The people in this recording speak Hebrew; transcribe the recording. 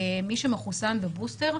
מי שמחוסן בבוסטר,